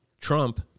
Trump